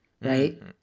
Right